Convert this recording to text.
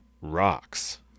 rocks